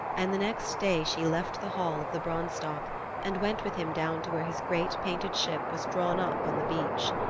and the next day she left the hall of the branstock and went with him down to where his great painted ship was drawn up on the beach.